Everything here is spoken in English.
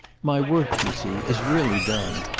my work, you see, is really done,